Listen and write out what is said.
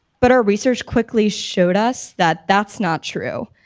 but our research quickly showed us that that's not true.